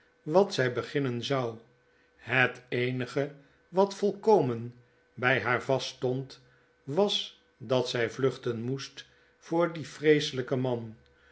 wat zy beginnen zou het eenige wat volkomen by haar vast stond was dat zy vluchten moest voor dien vreeselijken man